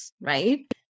right